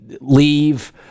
leave